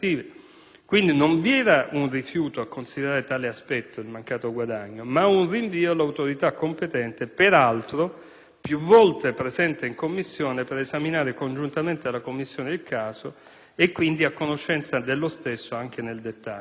Quindi, non vi era un rifiuto a considerare tale aspetto (il mancato guadagno), ma un rinvio all'autorità competente, peraltro più volte presente in commissione per esaminare congiuntamente alla commissione il caso e, quindi, a conoscenza dello stesso anche nel dettaglio.